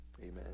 amen